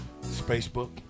Facebook